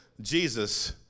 Jesus